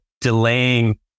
delaying